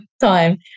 time